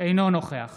אינו נוכח